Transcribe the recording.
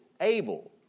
able